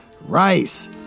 Rice